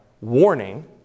warning